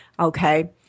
Okay